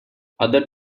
other